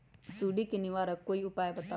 सुडी से निवारक कोई उपाय बताऊँ?